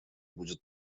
будет